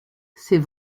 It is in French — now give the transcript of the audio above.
c’est